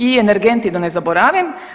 I energenti da ne zaboravim.